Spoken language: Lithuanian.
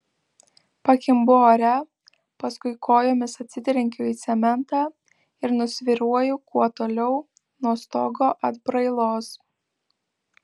pakimbu ore paskui kojomis atsitrenkiu į cementą ir nusvyruoju kuo toliau nuo stogo atbrailos